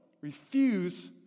refuse